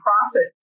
profit